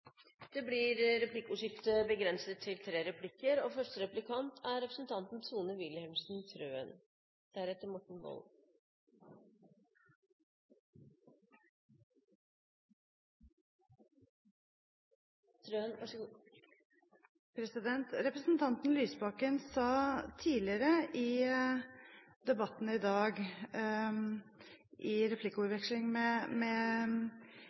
Det blir replikkordskifte. Representanten Lysbakken sa tidligere i debatten i dag, i replikkordvekslingen med